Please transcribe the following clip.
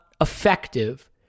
effective